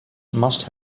must